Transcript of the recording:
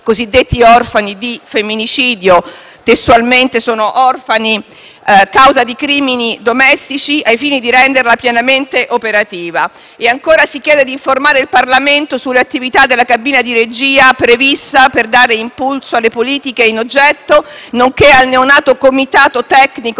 cosiddetti orfani di femminicidio (ossia gli orfani di crimini domestici), al fine di renderla pienamente operativa. Si chiede altresì di informare il Parlamento sulle attività della cabina di regia prevista per dare impulso alle politiche in oggetto, nonché su quelle svolte dal neonato Comitato tecnico